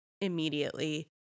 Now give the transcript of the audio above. immediately